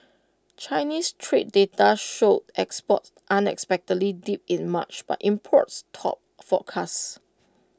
Chinese trade data showed exports unexpectedly dipped in March but imports topped forecasts